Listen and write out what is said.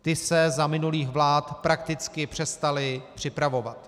Ty se za minulých vlád prakticky přestaly připravovat.